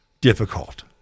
difficult